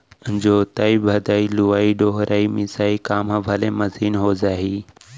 जोतइ भदई, लुवइ डोहरई, मिसाई काम ह भले मसीन हो जाही